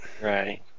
Right